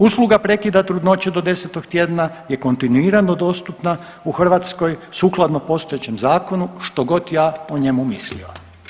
Usluga prekida trudnoće do 10 tjedna je kontinuirano dostupna u Hrvatskoj sukladno postojećem zakonu što god ja o njemu mislio.